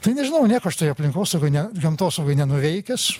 tai nežinau nieko aš toj aplinkosaugoj ne gamtosaugoj nenuveikęs